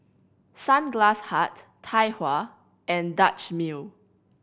Sunglass Hut Tai Hua and Dutch Mill